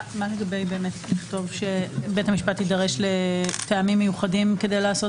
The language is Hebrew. מה אם נכתוב שבית המשפט יידרש לטעמים אחרים כדי לעשות